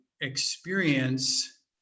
experience